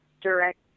direct